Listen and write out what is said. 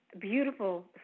beautiful